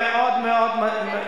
שקרן.